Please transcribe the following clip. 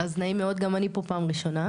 אז נעים מאוד, גם אני פה פעם ראשונה.